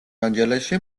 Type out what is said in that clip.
ანჯელესში